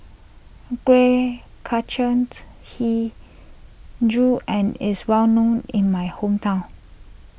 Kuih Kacang HiJau and is well known in my hometown